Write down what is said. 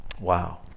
wow